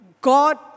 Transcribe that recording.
God